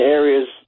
areas